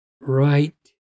right